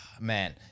Man